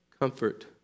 comfort